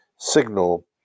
signal